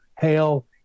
hail